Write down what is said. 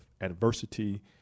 adversity